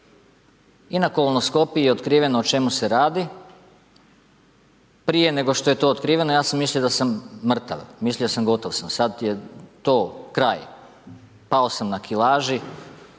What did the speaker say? i na kolonoskopiji je otkriveno o čemu se radi. Prije nego što je to otkriveno ja sam mislio da sam mrtav, mislio sam gotov sam, sad je to kraj. Pao sam na kilaži,